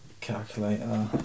calculator